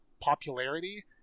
popularity